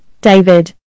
David